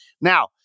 now